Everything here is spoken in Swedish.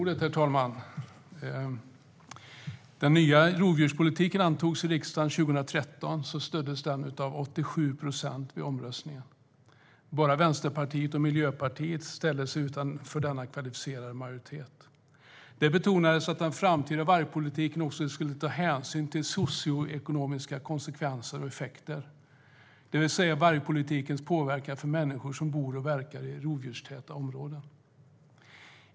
Herr talman! När den nya rovdjurspolitiken antogs i riksdagen 2013 stöddes beslutet av 87 procent av ledamöterna i omröstningen. Bara Vänsterpartiet och Miljöpartiet ställde sig utanför denna kvalificerade majoritet. Det betonades att den framtida vargpolitiken också skulle ta hänsyn till socioekonomiska konsekvenser och effekter, det vill säga vargpolitikens påverkan för människor som bor och verkar i rovdjurstäta områden.